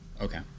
Okay